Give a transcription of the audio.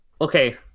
Okay